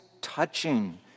touching